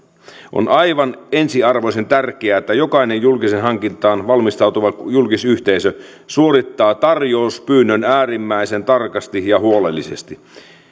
on aivan ensiarvoisen tärkeää että jokainen julkiseen hankintaan valmistautuva julkisyhteisö suorittaa tarjouspyynnön äärimmäisen tarkasti ja huolellisesti